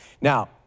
Now